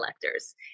collectors